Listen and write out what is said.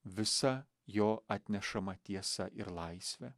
visa jo atnešama tiesa ir laisve